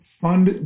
fund